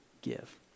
give